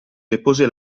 depose